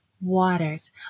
Waters